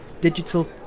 digital